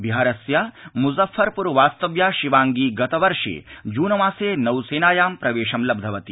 बिहारस्य म्ज़फ़्फरप्र नगर वास्तव्या शिवांगी गतवर्षे जून मासे नौसेनायां प्रवेशं लब्धवती